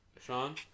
Sean